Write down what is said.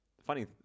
Funny